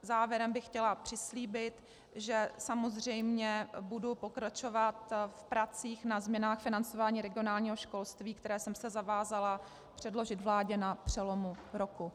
Závěrem bych chtěla přislíbit, že samozřejmě budu pokračovat v pracích na změnách financování regionálního školství, které jsem se zavázala předložit vládě na přelomu roku.